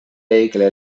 vehicle